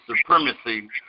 supremacy